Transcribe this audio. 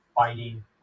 fighting